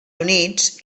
units